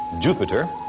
Jupiter